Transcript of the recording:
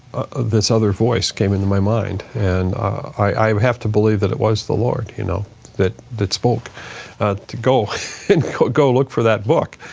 this other voice came into my mind and i have to believe that it was the lord you know that that spoke to go and to go look for that book.